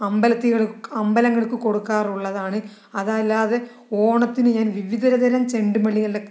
അമ്പലത്തികള് അമ്പലങ്ങൾക്ക് കൊടുക്കാറുള്ളതാണ് അതല്ലാതെ ഓണത്തിന് ഞാൻ വിവിധതരം ചെണ്ടുമല്ലികളുടെ